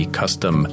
custom